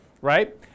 right